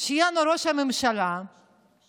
שיהיה לנו ראש ממשלה גופה,